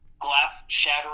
glass-shattering